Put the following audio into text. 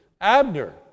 Abner